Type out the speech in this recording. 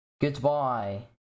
Goodbye